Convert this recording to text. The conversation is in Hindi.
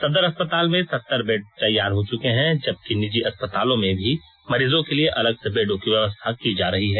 सदर अस्पताल में सत्तर बेड तैयार हो चुके हैं जबकि निजी अस्पतालों में भी मरीजों के लिए अलग से बेडों की व्यवस्था की जा रही है